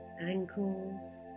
ankles